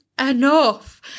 enough